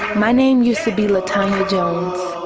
my name used to be latonya jones,